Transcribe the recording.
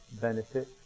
benefit